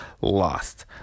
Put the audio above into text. lost